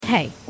Hey